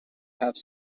have